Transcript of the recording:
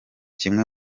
kimwe